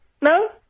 No